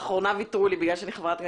לאחרונה ויתרו לי בגלל שאני חברת כנסת,